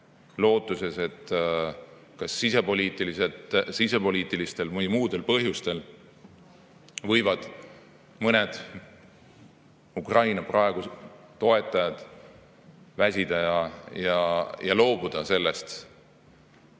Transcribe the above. lootuses, et kas sisepoliitilistel või muudel põhjustel mõned Ukraina praegused toetajad väsivad ja loobuvad